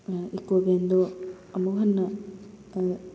eco ꯚꯦꯟꯗꯣ ꯑꯃꯨꯛ ꯍꯟꯅ